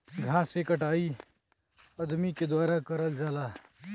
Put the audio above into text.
घास के कटाई अदमी के द्वारा करल जाला